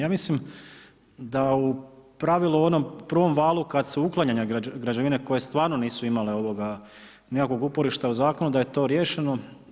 Ja mislim da u pravilu onom prvom valu kad su uklanjane građevine koje stvarno nisu imale nikakvog uporišta u Zakonu, da je to riješeno.